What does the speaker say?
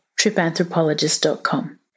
tripanthropologist.com